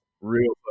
real